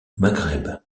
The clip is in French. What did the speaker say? maghreb